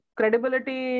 credibility